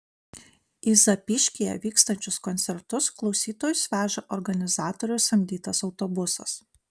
į zapyškyje vykstančius koncertus klausytojus veža organizatorių samdytas autobusas